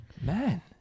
Man